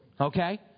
Okay